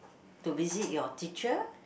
to visit your teacher